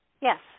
Yes